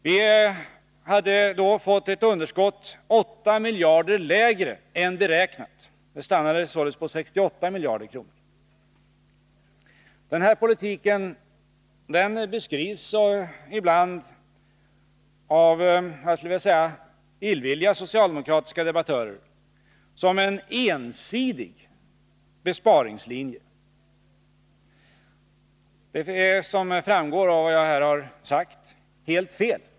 Vi hade då fått ett underskott, 8 miljarder lägre än beräknat; det stannade således på 68 miljarder kronor. Den här politiken beskrivs ibland av, jag skulle vilja säga illvilliga, socialdemokratiska debattörer som en ensidig besparingslinje. Som framgår av vad jag här har sagt är det helt fel.